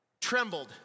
trembled